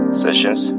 sessions